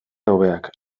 hobeak